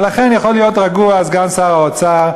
ולכן יכול להיות רגוע סגן שר האוצר,